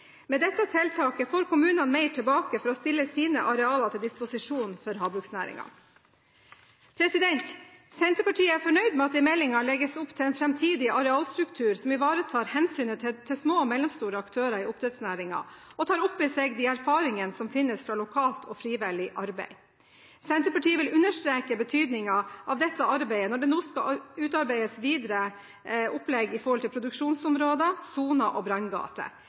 Med dette tiltaket får kommunene mer tilbake for å stille sine arealer til disposisjon for havbruksnæringen. Senterpartiet er fornøyd med at det i meldingen legges opp til en framtidig arealstruktur som ivaretar hensynet til små og mellomstore aktører i oppdrettsnæringen, og tar opp i seg de erfaringene som finnes fra lokalt og frivillig arbeid. Senterpartiet vil understreke betydningen av dette arbeidet når det nå skal utarbeides videre opplegg for produksjonsområder, soner og branngater.